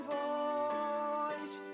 voice